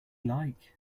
like